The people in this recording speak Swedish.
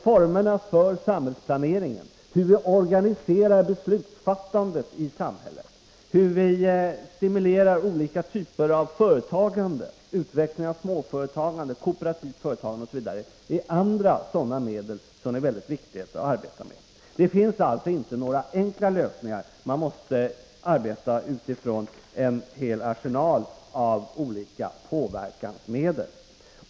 Formerna för samhällsplaneringen, hur vi organiserar beslutsfattandet i samhället, hur vi stimulerar olika typer av företagande, utveckling av småföretagande, kooperativt företagande osv. är andra saker som det är viktigt att arbeta med. Det finns alltså inte några enkla lösningar, utan man måste arbeta utifrån en hel arsenal av olika påverkansmedel.